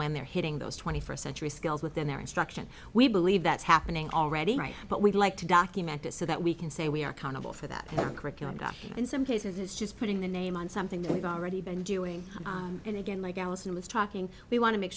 when they're hitting those twenty first century skills within their instruction we believe that's happening already right but we'd like to document it so that we can say we are countable for that curriculum got in some cases is just putting the name on something that we've already been doing and again like alison was talking we want to make